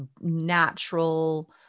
natural